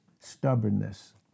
Stubbornness